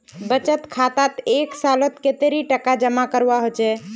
बचत खातात एक सालोत कतेरी टका जमा करवा होचए?